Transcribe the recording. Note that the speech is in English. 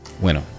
bueno